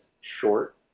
short